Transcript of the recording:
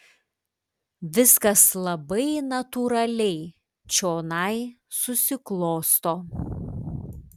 viskas labai natūraliai čionai susiklosto